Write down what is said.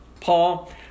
Paul